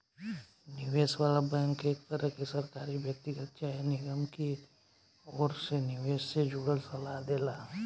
निवेश वाला बैंक एक तरह के सरकारी, व्यक्तिगत चाहे निगम के ओर से निवेश से जुड़ल सलाह देला